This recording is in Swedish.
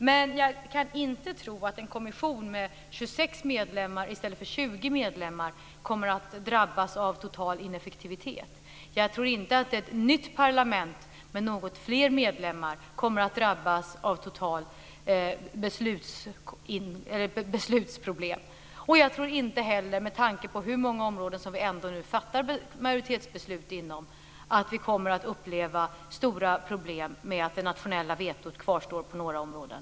Men jag kan inte tro att en kommission med 26 medlemmar i stället för 20 medlemmar kommer att drabbas av total ineffektivitet. Jag tror inte att ett nytt parlament med något fler medlemmar kommer att drabbas av beslutsproblem. Jag tror inte heller, med tanke på hur många områden som vi ändå fattar majoritetsbeslut inom, att vi kommer att uppleva stora problem med att det nationella vetot kvarstår på några områden.